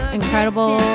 incredible